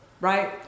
right